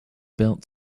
built